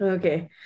Okay